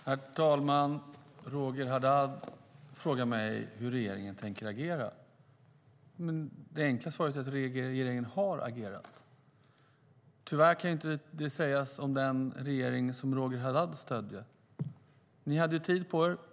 Herr talman! Roger Haddad frågade mig hur regeringen tänker agera. Det enkla svaret är att regeringen har agerat. Det kan tyvärr inte sägas om den regering som Roger Haddad stödde. Ni hade tid på er.